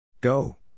Go